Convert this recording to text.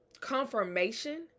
confirmation